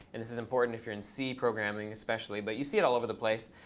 and this is important if you're in c programming especially, but you see it all over the place.